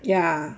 ya